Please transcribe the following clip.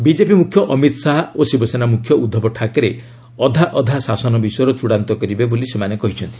BJP ମୁଖ୍ୟ ଅମିତ୍ ଶାହା ଓ ଶିବସେନା ମୁଖ୍ୟ ଉଦ୍ଧବ୍ ଠାକ୍ରେ ଅଧା ଅଧା ଶାସନ ବିଷୟର ଚୂଡ଼ାନ୍ତ କରିବେ ବୋଲି ସେମାନେ କହିଛନ୍ତି